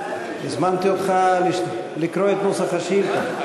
הזמנתי אותך לקרוא את נוסח השאילתה.